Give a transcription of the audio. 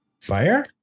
fire